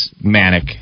manic